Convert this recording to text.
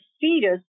fetus